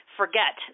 forget